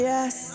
Yes